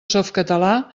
softcatalà